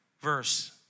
verse